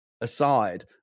aside